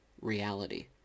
reality